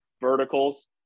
verticals